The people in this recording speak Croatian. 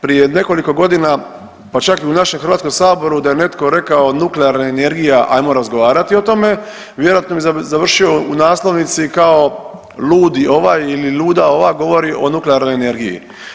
Prije nekoliko godina pa čak i u našem Hrvatskom saboru da je netko rekao nuklearna energija ajmo razgovarati o tome vjerojatno bi završio u naslovnici kao ludi ovaj ili luda ova govori o nuklearnoj energiji.